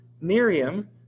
Miriam